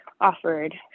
offered